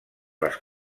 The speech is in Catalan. les